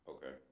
Okay